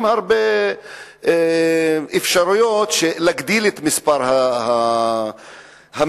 הרבה אפשרויות להגדיל את מספר המיטות,